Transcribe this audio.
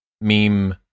meme